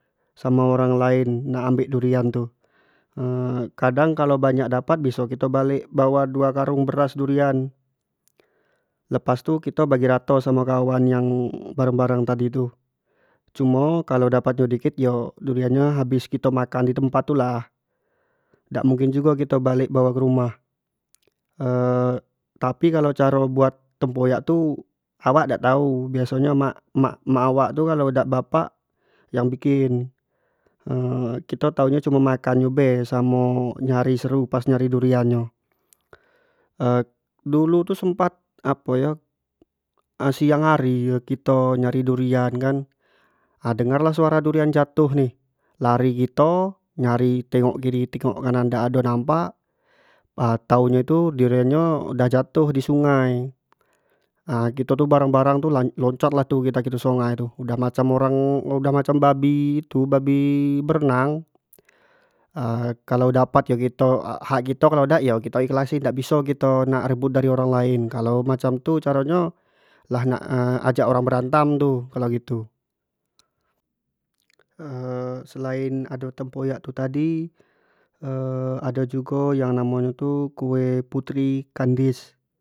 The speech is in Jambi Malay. Samo orang lain nak ambek durian tu kadang kalua banyak dapat bisa kito balek bawa duo karung beras durian, lepas tu kito bagi rato samo kawan yang bareng- bareng samo kawan tadi tu, cumo kalau dapat nyo dikit yo durian nyo habis makan di temapt tu lah dak mungkin jugo kito balek bawa ke rumah tapi kalau caro buat tempoyak tu awak ak tau biaso nyo emak- mak awak tu kalau dak bapak yang bikin kito tau nyo cumin makan nyo be samo nyari seru pas nyari durian nyo dulu tu sempat apo yo siang hari kito nyari durian kan dengar lah uaro urian jatuh nih, lari kito, lari tingok kiri tingok kanan dak do nampak pa tau nyo tu durian nyo udah jatuh di sungai kito tu bareng- bareng loncat lah tu kito ke sungai tu, dah macam orang dah macam babi tu babi berenang kalau dapat yo hak kito dak yo kito ikhlasin dak biso kito nak rebut dari orang lain, kalau macam tu caro nyo, lah nak ajak orang berantam tu kalau gitu. selain do tempoyak itu tadi tu ado jugo yang namo nyo tu kue putri kandis.